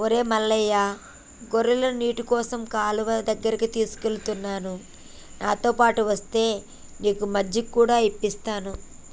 ఒరై మల్లయ్య గొర్రెలను నీటికోసం కాలువ దగ్గరికి తీసుకుఎలుతున్న నాతోపాటు ఒస్తే నీకు మజ్జిగ కూడా ఇప్పిస్తాను